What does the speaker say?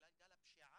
בגלל גל הפשיעה.